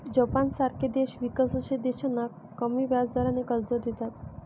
जपानसारखे देश विकसनशील देशांना कमी व्याजदराने कर्ज देतात